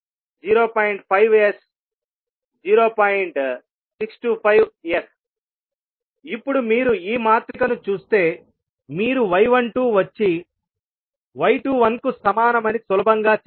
625S ఇప్పుడు మీరు ఈ మాత్రికను చూస్తే మీరు y12 వచ్చి y21 కు సమానమని సులభంగా చెప్పవచ్చు